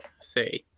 say